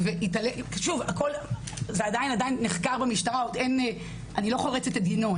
זה עדיין נחקר במשטרה, אני לא חורצת את דינו.